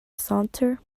saunter